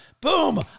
Boom